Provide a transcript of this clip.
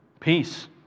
Peace